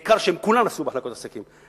בעיקר שהם כולם נסעו במחלקת עסקים.